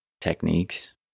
techniques